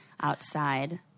outside